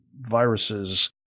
viruses